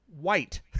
white